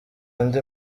andi